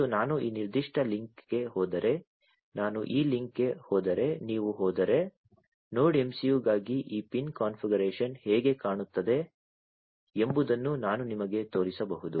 ಮತ್ತು ನಾನು ಈ ನಿರ್ದಿಷ್ಟ ಲಿಂಕ್ಗೆ ಹೋದರೆ ನಾನು ಈ ಲಿಂಕ್ಗೆ ಹೋದರೆ ನೀವು ಹೋದರೆ ನೋಡ್ MCU ಗಾಗಿ ಈ ಪಿನ್ ಕಾನ್ಫಿಗರೇಶನ್ ಹೇಗೆ ಕಾಣುತ್ತದೆ ಎಂಬುದನ್ನು ನಾನು ನಿಮಗೆ ತೋರಿಸಬಹುದು